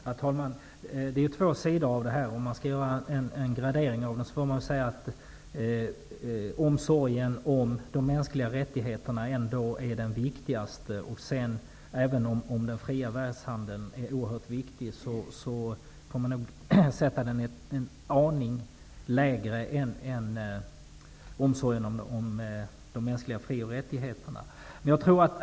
Herr talman! Det finns två sidor i denna fråga. Om man skall göra en gradering är omsorgen om de mänskliga rättigheterna ändå den viktigaste. Även om den fria världshandeln är oerhört viktig får man nog sätta den en aning lägre än omsorgen om de mänskliga fri och rättigheterna.